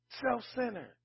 self-centered